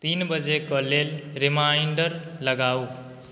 तीन बजेके लेल रिमाइन्डर लगाउ